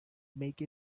make